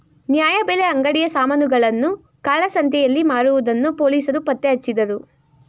ನ್ಯಾಯಬೆಲೆ ಅಂಗಡಿಯ ಸಾಮಾನುಗಳನ್ನು ಕಾಳಸಂತೆಯಲ್ಲಿ ಮಾರುವುದನ್ನು ಪೊಲೀಸರು ಪತ್ತೆಹಚ್ಚಿದರು